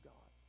God